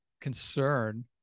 concern